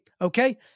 okay